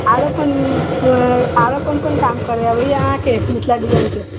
आर कोन आरो कोन कोन काम करय अबैए अहाँके मिथिला डिजाइनके